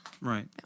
Right